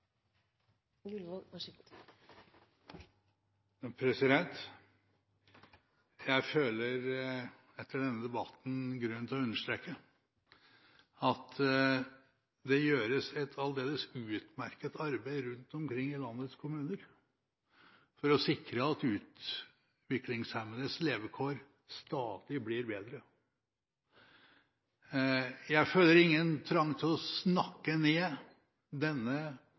skjedd foreløpig, så jeg håper vi ikke må vente i 18 nye måneder. Jeg føler etter denne debatten grunn til å understreke at det gjøres et aldeles utmerket arbeid rundt omkring i landets kommuner for å sikre at utviklingshemmedes levekår stadig blir bedre. Jeg føler ingen trang til å snakke ned